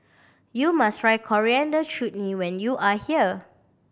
you must try Coriander Chutney when you are here